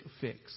fix